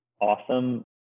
awesome